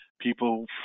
People